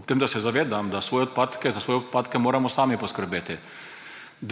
Ob tem da se zavedam, da moramo za svoje odpadke sami poskrbeti.